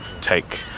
take